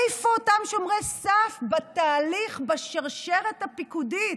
איפה אותם שומרי סף בתהליך, בשרשרת הפיקודית?